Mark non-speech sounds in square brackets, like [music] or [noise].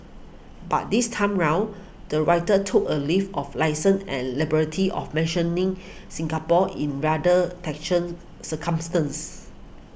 but this time round the writer took a leave of licence and liberty of mentioning Singapore in rather [unintelligible] circumstances